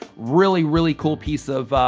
really, really cool piece of,